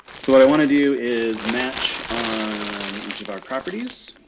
so what i wanna do is match on each of our properties.